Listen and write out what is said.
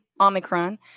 Omicron